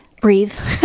breathe